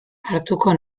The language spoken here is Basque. hartuko